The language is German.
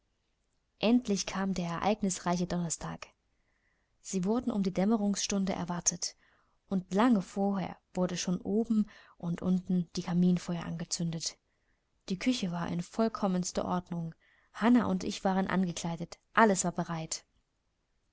endlich kam der ereignisreiche donnerstag sie wurden um die dämmerstunde erwartet und lange vorher wurden schon oben und unten die kaminfeuer angezündet die küche war in vollkommenster ordnung hannah und ich waren angekleidet alles war bereit